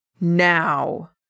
Now